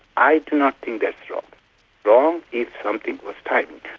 i do not think that's wrong. wrong in something was timing,